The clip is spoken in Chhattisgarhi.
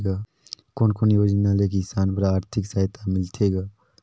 कोन कोन योजना ले किसान बर आरथिक सहायता मिलथे ग?